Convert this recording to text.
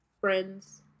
Friends